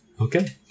Okay